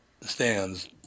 stands